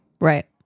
Right